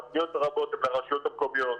הן לרשויות המקומיות,